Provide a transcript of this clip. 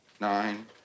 nine